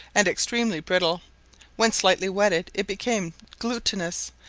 and extremely brittle when slightly wetted it became glutinous,